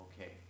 Okay